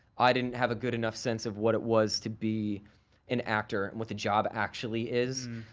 i didn't have a good enough sense of what it was to be an actor and what the job actually is.